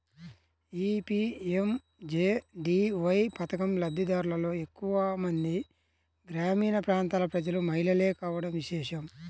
ఈ పీ.ఎం.జే.డీ.వై పథకం లబ్ది దారులలో ఎక్కువ మంది గ్రామీణ ప్రాంతాల ప్రజలు, మహిళలే కావడం విశేషం